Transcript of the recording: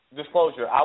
disclosure